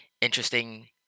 interesting